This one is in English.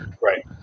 Right